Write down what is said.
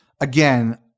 again